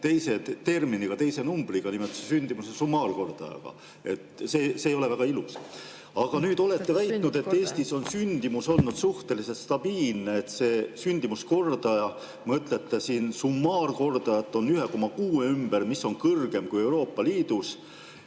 teise terminiga, teise numbriga, nimelt sündimuse summaarkordajaga. See ei ole väga ilus. Aga nüüd väidate, et Eestis on sündimus olnud suhteliselt stabiilne, et see sündimuskordaja – mõtlete siin summaarkordajat – on 1,6 ümber, mis on kõrgem kui Euroopa Liidus.